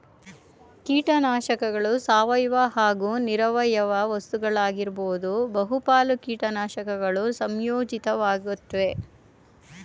ಕೀಟನಾಶಕಗಳು ಸಾವಯವ ಹಾಗೂ ನಿರವಯವ ವಸ್ತುಗಳಾಗಿರ್ಬೋದು ಬಹುಪಾಲು ಕೀಟನಾಶಕಗಳು ಸಂಯೋಜಿತ ವಾಗಯ್ತೆ